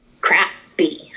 crappy